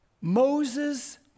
Moses